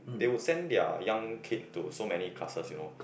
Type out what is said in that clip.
they would send their young kid to so many classes you know